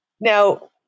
Now